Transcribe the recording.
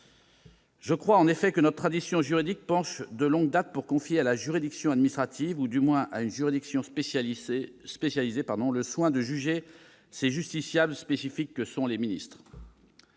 Je crois en effet que notre tradition juridique penche de longue date pour confier à la juridiction administrative, ou du moins à une juridiction spécialisée, le soin de juger ces justiciables spécifiques que sont les ministres.